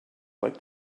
like